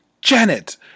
Janet